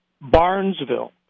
Barnesville